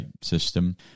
system